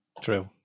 True